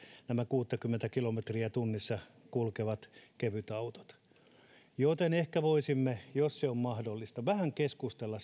nämä kuusikymmentä kilometriä tunnissa kulkevat kesäfestareille menevät kevytautot täyttäisivät valtatiet joten ehkä voisimme jos se on mahdollista vähän keskustella